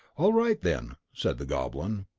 all right, then, said the goblin,